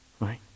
right